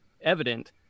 evident